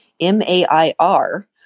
M-A-I-R